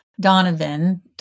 Donovan